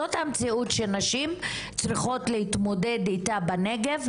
זו המציאות שנשים צריכות להתמודד איתה בנגב,